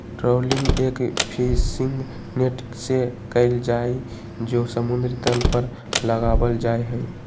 trawling एक fishing net से कइल जाहई जो समुद्र तल पर लगावल जाहई